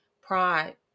pride